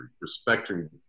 respecting